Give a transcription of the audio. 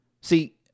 See